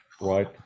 right